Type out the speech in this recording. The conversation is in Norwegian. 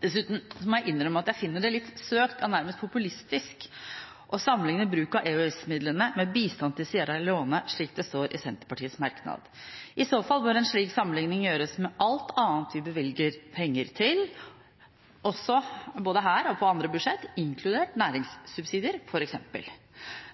Dessuten må jeg innrømme at jeg finner det litt søkt og nærmest populistisk å sammenligne bruk av EØS-midlene med bistand til Sierra Leone, slik det står i Senterpartiets merknad. I så fall bør en slik sammenligning gjøres med alt annet vi bevilger penger til, både her og på andre budsjetter, inkludert f.eks. næringssubsidier.